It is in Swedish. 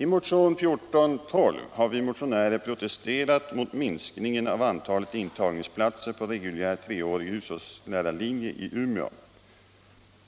I motionen 1412 har vi motionärer protesterat mot minskningen av antalet intagningsplatser på reguljär treårig hushållslärarlinje i Umeå.